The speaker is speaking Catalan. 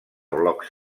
blocs